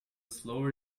slower